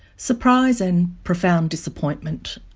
surprise and profound disappointment.